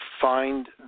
find